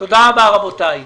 תודה רבה, רבותי.